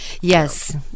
Yes